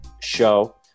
show